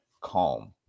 Calm